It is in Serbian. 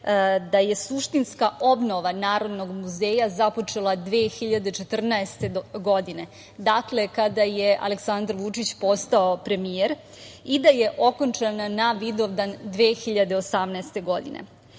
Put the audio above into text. da je suštinska obnova Narodnog muzeja započela 2014. godine, dakle kada je Aleksandar Vučić postao premijer, i da je okončana na Vidovdan 2018. godine. Muzej